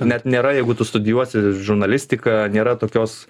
net nėra jeigu tu studijuosi žurnalistiką nėra tokios